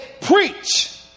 preach